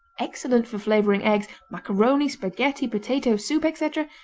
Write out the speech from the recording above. excellent for flavoring eggs, macaroni, spaghetti, potatoes, soup, etc.